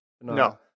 No